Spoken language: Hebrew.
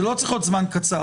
זה לא צריך להיות זמן קצר,